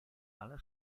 alla